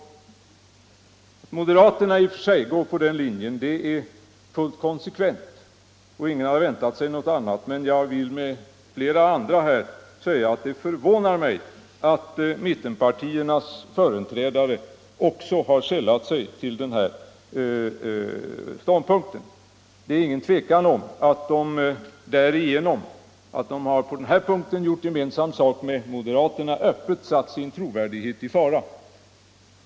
Att moderaterna går på den linjen är fullt konsekvent, och ingen har väntat sig någonting annat. Men jag vill med flera andra säga att det förvånar mig att mittenpartiernas företrädare också har sällat sig till moderaterna. Det är inget tvivel om att de genom att på denna punkt göra gemensam sak med moderaterna öppet satt sin trovärdighet i fara.